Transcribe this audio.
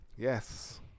Yes